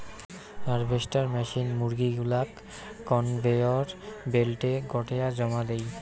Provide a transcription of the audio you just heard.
harvester machine মুরগী গুলাক conveyor বেল্টে গোটেয়া জমা দেই